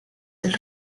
del